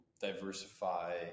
diversify